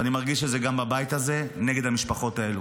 ואני מרגיש את זה גם בבית הזה, נגד המשפחות האלה.